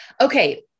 Okay